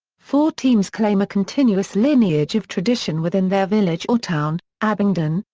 four teams claim a continuous lineage of tradition within their village or town abingdon,